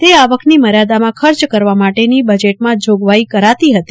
તે આવકની મર્યાદામાં ખર્ચ કરવા માટેનો બજટમાં જોગવાહી કરાતી હતી